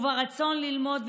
ברצון ללמוד,